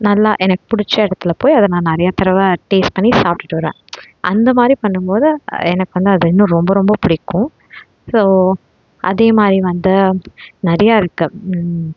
நல்லா எனக்கு பிடிச்ச இடத்துல போய் அதை நான் நிறையா தடவை டேஸ்ட் பண்ணி சாப்பிட்டுட்டு வருவேன் அந்த மாதிரி பண்ணும் போது எனக்கு வந்து அது இன்னும் ரொம்ப ரொம்ப பிடிக்கும் ஸோ அதே மாதிரி வந்து நிறையா இருக்குது